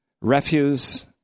refuse